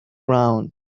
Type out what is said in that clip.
ground